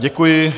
Děkuji.